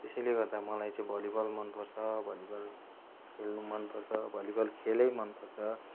त्यसैले गर्दा मलाई चाहिँ भलिबल मन पर्छ भलिबल खेल्नु मन पर्छ भलिबल खेलै मन पर्छ